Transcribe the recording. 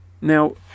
Now